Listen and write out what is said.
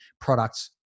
products